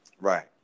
Right